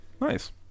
nice